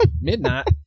Midnight